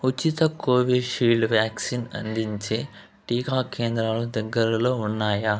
ఉచిత Covishield vaccine అందించే టీకా కేంద్రాలు దగ్గరలో ఉన్నాయా